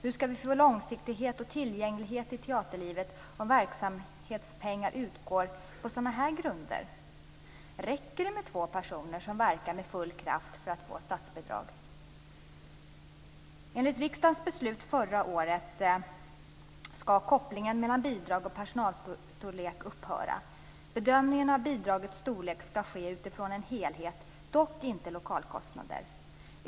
Hur skall vi få långsiktighet och tillgänglighet i teaterlivet om verksamhetspengar utgår på sådana här grunder? Räcker det med två personer som verkar med full kraft för att en teater skall få statsbidrag? Enligt riksdagens beslut förra året skall kopplingen mellan bidrag och personalstorlek upphöra. Bedömningen av bidragets storlek skall ske utifrån en helhet, dock inte lokalkostnader.